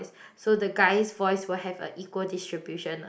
is so the guy's voice will have a equal distribution lah